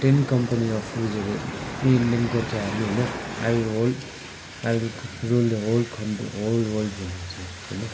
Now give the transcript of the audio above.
ten company of Indian Gorkha army होइन I will whole I will rule the whole come the whole world भनेको छ होइन